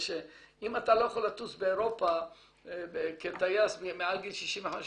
שאם אתה לא יכול לטוס באירופה כטייס מעל גיל 65,